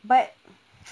but